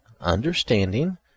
understanding